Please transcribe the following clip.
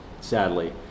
sadly